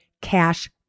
cash